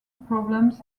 problems